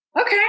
okay